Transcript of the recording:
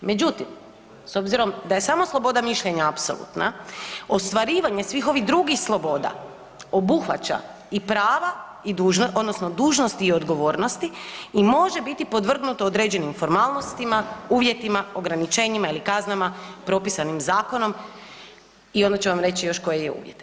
Međutim, s obzirom da je samo sloboda mišljenja apsolutna, ostvarivanje svih ovih drugih sloboda obuhvaća i prava i dužnosti, odnosno dužnosti i odgovornosti i može bit podvrgnuto određenim formalnostima, uvjetima, ograničenjima ili kaznama propisanim zakonom i onda ću vam reći još koji je uvjet.